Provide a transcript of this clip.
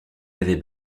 l’avait